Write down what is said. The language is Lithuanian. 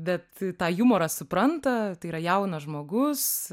bet tą jumorą supranta tai yra jaunas žmogus